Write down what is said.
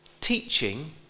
teaching